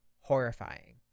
horrifying